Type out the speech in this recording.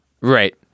Right